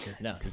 No